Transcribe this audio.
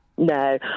No